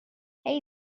hey